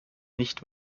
nicht